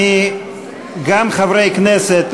גם מחברי הכנסת,